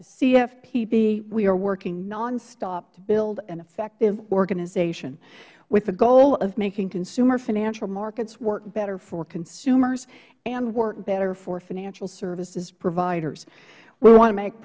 cfpb we are working nonstop to build an effective organization with the goal of making consumer financial markets work better for consumers and work better for financial services providers we want to make